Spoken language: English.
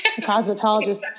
cosmetologist